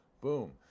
boom